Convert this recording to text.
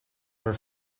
ever